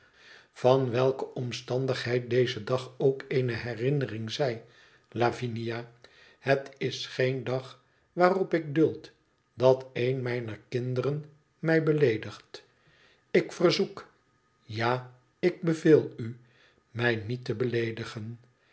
tvan welke omstandigheid deze dag ook eene herinnering zij lavinia het is geen dag waarop ik duld dat een mijner kinderen mij beleedigt ik verzoek ja ik beveel u mij niet te beleedigen